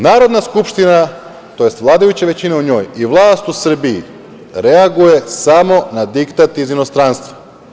Narodna skupština, tj. vladajuća većina u njoj i vlast u Srbiji reaguje samo na diktat iz inostranstva.